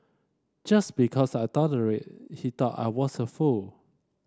just because I tolerated he thought I was a fool